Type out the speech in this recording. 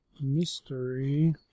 Mystery